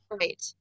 Right